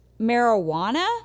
marijuana